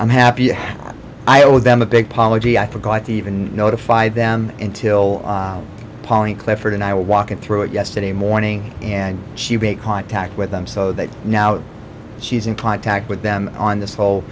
i'm happy i owe them a big policy i forgot to even notify them until pauline clifford and i were walking through it yesterday morning and she make contact with them so that now she's in contact with them on this